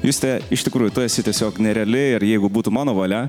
juste iš tikrųjų tu esi tiesiog nereali ir jeigu būtų mano valia